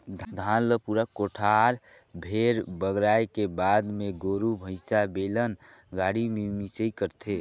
धान ल पूरा कोठार भेर बगराए के बाद मे गोरु भईसा, बेलन गाड़ी में मिंसई करथे